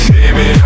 Baby